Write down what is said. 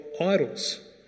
idols